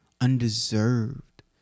undeserved